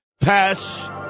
Pass